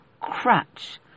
crutch